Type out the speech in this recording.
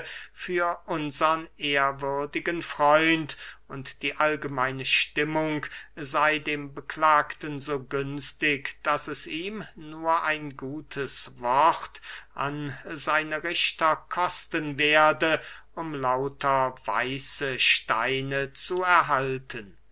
für unsern ehrwürdigen freund und die allgemeine stimmung sey dem beklagten so günstig daß es ihm nur ein gutes wort an seine richter kosten werde um lauter weiße steine zu erhalten